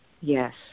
Yes